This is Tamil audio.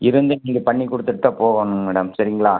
இருந்து நீங்கள் பண்ணி கொடுத்துட்டு தான் போகணும் மேடம் சரிங்களா